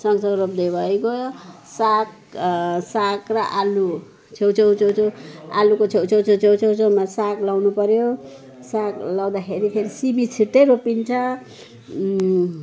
सँगसँगै रोप्दे भइगयो साग साग र आलु छेउछेउ छेउछेउ आलुको छेउछेउ छेउछेउमा साग लगाउनु पर्यो साग लगाउँदाखेरि फेरि सिबी छुट्टै रोपिन्छ